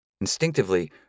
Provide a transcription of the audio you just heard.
Instinctively